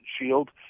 Shield